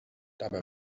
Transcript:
dabei